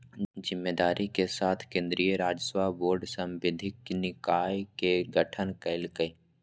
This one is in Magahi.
जिम्मेदारी के साथ केन्द्रीय राजस्व बोर्ड सांविधिक निकाय के गठन कइल कय